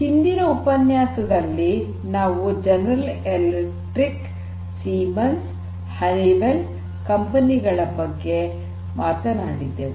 ಹಿಂದಿನ ಉಪನ್ಯಾಸದಲ್ಲಿ ನಾವು ಜನರಲ್ ಎಲೆಕ್ಟ್ರಿಕ್ ಸೀಮನ್ಶ್ ಮತ್ತು ಹನಿವೆಲ್ ಕಂಪನಿ ಗಳ ಬಗ್ಗೆ ಮಾತನಾಡಿದೆವು